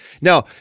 Now